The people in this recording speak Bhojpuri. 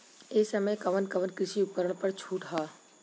ए समय कवन कवन कृषि उपकरण पर छूट ह?